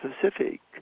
Pacific